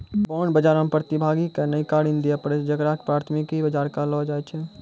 bond बजारो मे प्रतिभागी के नयका ऋण दिये पड़ै छै जेकरा की प्राथमिक बजार कहलो जाय छै